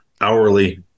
hourly